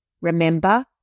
remember